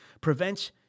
prevents